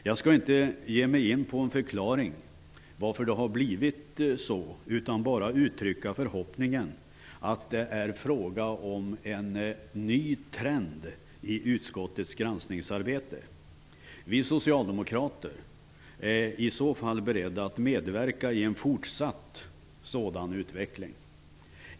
Jag skall inte ge mig in på en förklaring till att det har blivit så, utan bara uttrycka förhoppningen att det är fråga om en ny trend i utskottets granskningsarbete. Vi socialdemokrater är beredda att medverka i en fortsatt sådan utveckling.